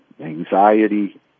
anxiety